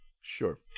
Sure